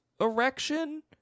erection